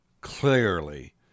clearly